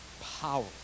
Power